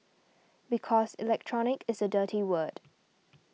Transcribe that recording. because Electronic is a dirty word